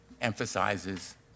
emphasizes